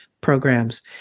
programs